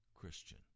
Christian